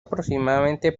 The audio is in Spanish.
aproximadamente